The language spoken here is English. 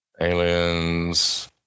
Aliens